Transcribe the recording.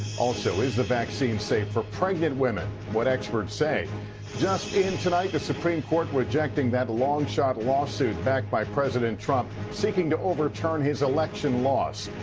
also is the vaccine safe for pregnant women what experts say just in tonight, the supreme court rejecting that long shot lawsuit backed by president trump seeking to overturn his election loss.